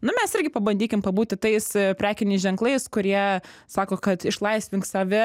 nu mes irgi pabandykim pabūti tais prekiniais ženklais kurie sako kad išlaisvink save